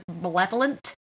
malevolent